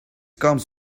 comes